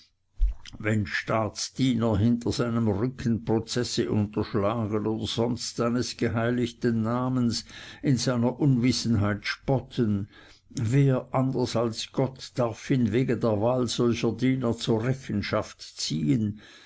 wenn staatsdiener hinter seinem rücken prozesse unterschlagen oder sonst seines geheiligten namens in seiner unwissenheit spotten wer anders als gott darf ihn wegen der wahl solcher diener zur rechenschaft ziehen